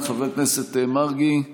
אבל אני אומר, קורונה.